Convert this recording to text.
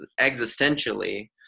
existentially